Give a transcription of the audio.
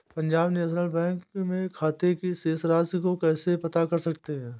Punjab National Bank में खाते की शेष राशि को कैसे पता कर सकते हैं?